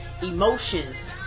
emotions